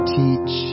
teach